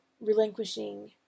relinquishing